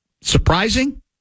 surprising